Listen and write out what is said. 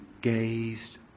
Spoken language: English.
gazed